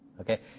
Okay